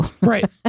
Right